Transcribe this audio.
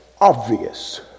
obvious